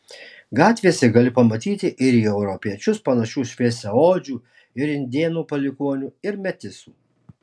gatvėse gali pamatyti ir į europiečius panašių šviesiaodžių ir indėnų palikuonių ir metisų